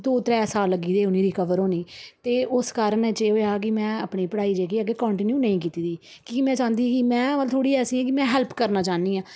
दो त्रैऽ साल लग्गियै उ'नें गी रिकवर होने ई ते उस कारणै च एह् होया कि में अपनी पढ़ाई जेह्की अग्गें कंटिन्यू नेईं कीती दी कि के में चाह्ंदी कि में मतलब में थोह्ड़ी ऐसी आं कि में हेल्प करना चाह्न्नीं आं